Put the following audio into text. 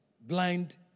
blind